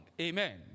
Amen